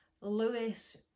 Lewis